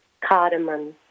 cardamom